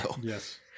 Yes